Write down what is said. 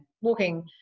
walking